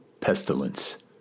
Pestilence